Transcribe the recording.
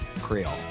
creole